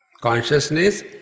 Consciousness